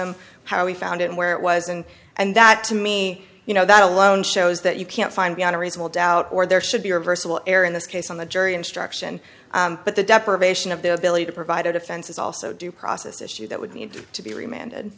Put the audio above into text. him how he found and where it was and and that to me you know that alone shows that you can't find beyond a reasonable doubt or there should be a reversible error in this case on the jury instruction but the deprivation of their ability to provide a defense is also due process issue that would need to be remanded